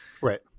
Right